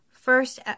first